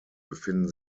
befinden